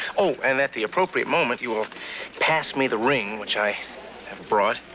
oh, and at the appropriatmoment you ll pass me the ring. which i have brought.